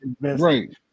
right